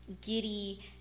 giddy